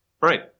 Right